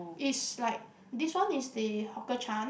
is like this one is the Hawker Chan